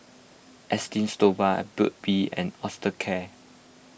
Esteem Stoma Burt's Bee and Osteocare